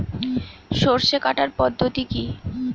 সরষে কাটার পদ্ধতি কি?